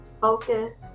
Focus